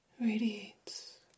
radiates